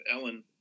Ellen